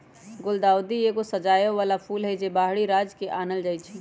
गुलदाऊदी एगो सजाबे बला फूल हई, जे बाहरी राज्य से आनल जाइ छै